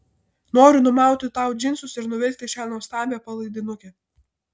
noriu numauti tau džinsus ir nuvilkti šią nuostabią palaidinukę